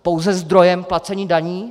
Pouze zdroj placení daní?